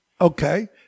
Okay